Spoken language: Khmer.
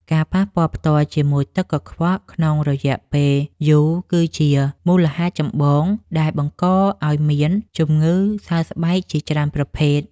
ការប៉ះពាល់ផ្ទាល់ជាមួយទឹកកខ្វក់ក្នុងរយៈពេលយូរគឺជាមូលហេតុចម្បងដែលបង្កឱ្យមានជំងឺសើស្បែកជាច្រើនប្រភេទ។